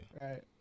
Right